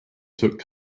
took